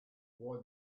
why